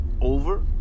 over